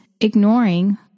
ignoring